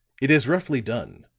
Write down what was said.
it is roughly done,